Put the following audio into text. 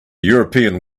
european